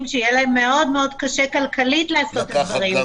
שיהיה להם מאוד מאוד קשה כלכלית לעשות את הדברים.